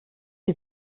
die